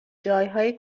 جایهای